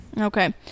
Okay